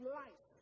life